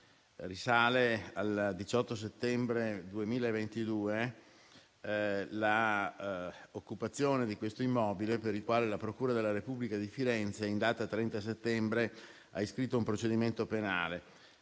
risale al 18 settembre 2022 l'occupazione di questo immobile per il quale la procura della Repubblica di Firenze, in data 30 settembre, ha iscritto un procedimento penale.